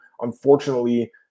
unfortunately